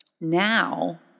Now